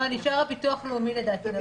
נעה, נשאר הביטוח הלאומי, לדעתי.